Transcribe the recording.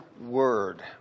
word